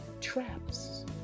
traps